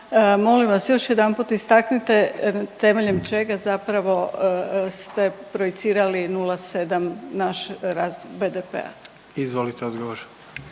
molim vas još jedanput istaknite temeljem čega zapravo ste projicirali 0,7 naš rast BDP-a? **Jandroković,